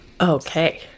Okay